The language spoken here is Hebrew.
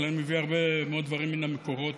אבל אני מביא הרבה מאוד דברים מן המקורות,